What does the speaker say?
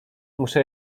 muszę